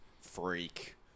freak